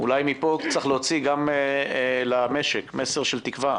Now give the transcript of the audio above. אולי מפה צריך להוציא גם למשק מסר של תקווה.